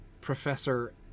professor